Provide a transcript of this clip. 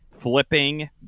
Flipping